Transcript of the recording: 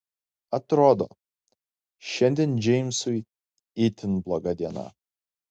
atrodo šiandien džeimsui itin bloga diena